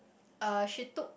uh she took